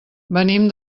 venim